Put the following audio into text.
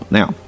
now